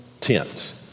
tent